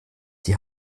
die